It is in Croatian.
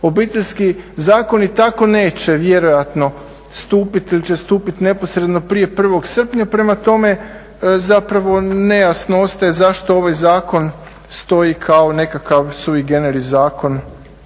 Obiteljski zakon i tako neće vjerojatno stupit ili će stupit neposredno prije 1. srpnja. Prema tome, nejasno ostaje zašto ovaj zakon stoji kao nekakav sui generis zakon